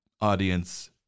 Audience